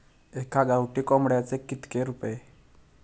एका गावठी कोंबड्याचे कितके रुपये?